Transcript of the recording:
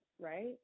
right